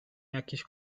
jakieś